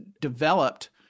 developed